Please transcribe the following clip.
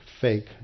fake